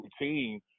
routine